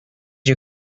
you